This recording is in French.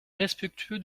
respectueux